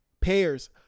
pears